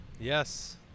Yes